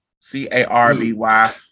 c-a-r-b-y